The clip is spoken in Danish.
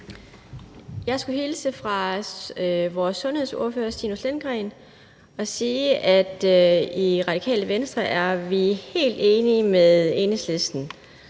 Jeg skulle hilse fra vores sundhedsordfører, Stinus Lindgreen, og sige, at i Radikale Venstre er vi helt enige med Enhedslisten